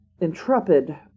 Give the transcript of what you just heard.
intrepid